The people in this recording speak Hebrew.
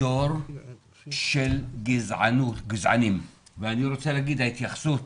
דור של גזענים ואני רוצה להגיד, ההתייחסות